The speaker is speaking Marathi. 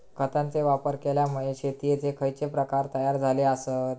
खतांचे वापर केल्यामुळे शेतीयेचे खैचे प्रकार तयार झाले आसत?